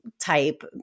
type